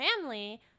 family